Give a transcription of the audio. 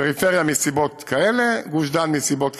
פריפריה מסיבות כאלה, גוש דן מסיבות כאלה.